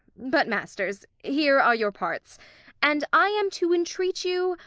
but, masters, here are your parts and i am to entreat you,